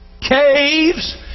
caves